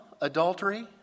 adultery